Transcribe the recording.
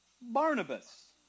Barnabas